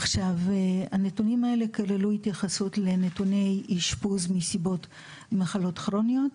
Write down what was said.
עכשיו הנתונים האלה כללו התייחסות לנתוני אשפוז מסיבות מחלות כרוניות,